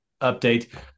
update